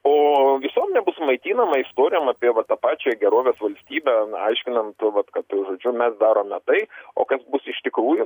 o visuomenė bus maitinama istorijom apie va tą pačią gerovės valstybę na aiškinant vat kad žodžiu mes darome tai o kas bus iš tikrųjų